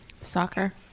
Soccer